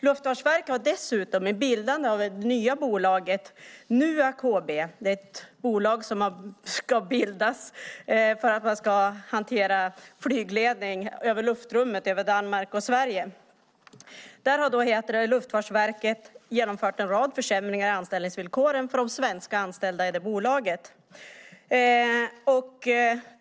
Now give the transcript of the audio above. Luftfartsverket har dessutom vid bildandet av det nya bolaget NUAC HB, ett bolag som ska bildas för att hantera flygledning över luftrummet över Danmark och Sverige, genomfört en rad försämringar i anställningsvillkoren för de svenska anställda i bolaget.